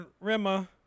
Rima